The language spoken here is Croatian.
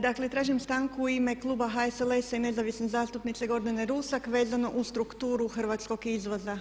Dakle, tražim stanku u ime kluba HSLS-a i Nezavisne zastupnice Gordane Rusak vezano uz strukturu hrvatskog izvoza.